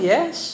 Yes